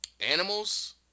Animals